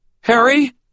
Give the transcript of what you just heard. Harry